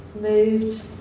moved